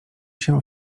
się